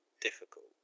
difficult